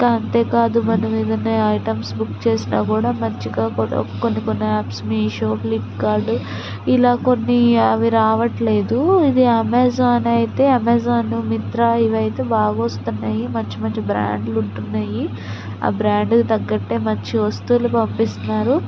ఇంకా అంతేకాదు మనం ఏదన్నా ఐటమ్స్ బుక్ చేసినా కూడా మంచిగా కూడా కొన్ని కొన్ని యాప్స్ మిషో ఫ్లిప్కార్ట్ ఇలా కొన్ని అవి రావట్లేదు ఇది అమెజాన్ అయితే అమెజాన్ మింత్రా ఇవి అయితే బాగా వస్తున్నాయి మంచి మంచి బ్రాండ్లు ఉంటున్నాయి ఆ బ్రాండ్కి తగ్గట్టే మంచి వస్తువులు పంపిస్తున్నారు